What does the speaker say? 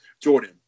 Jordan